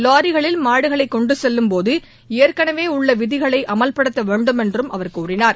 லாரிகளில் மாடுகளை கொண்டுச் செல்லும்போது ஏற்கனவே உள்ள விதிகளை அமல்படுத்த வேண்டும் என்றும் அவர் கூறினார்